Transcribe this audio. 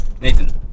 Nathan